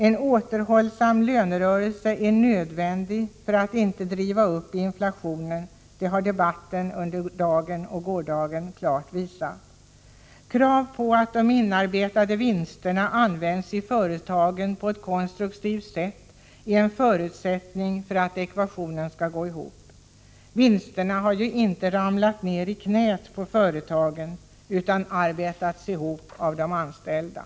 En återhållsam lönerörelse är nödvändig för att inte driva upp inflationen — det har debatten under dagen och gårdagen klart visat. Att de inarbetade vinsterna används i företagen på ett konstruktivt sätt är en förutsättning för att ekvationen skall gå ihop. Vinsterna har ju inte ramlat ned i knät på företagarna, utan arbetats ihop av de anställda.